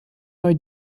neu